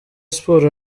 sports